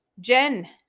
Jen